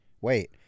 Wait